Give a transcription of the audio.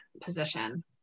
position